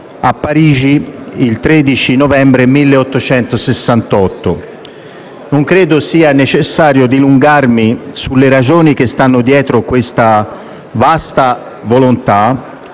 a Parigi il 13 novembre 1868. Non credo sia necessario dilungarmi sulle ragioni che stanno dietro questa vasta volontà,